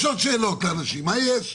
יש עוד שאלות לאנשים, מה יש?